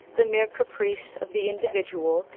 the mere caprice, of the individual,